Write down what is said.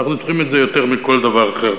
ואנחנו צריכים את זה יותר מכל דבר אחר.